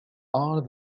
are